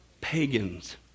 Pagans